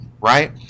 right